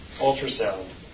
Ultrasound